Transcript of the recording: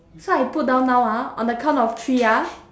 so I put down now ah on the count of three ah